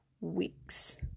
weeks